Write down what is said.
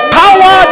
power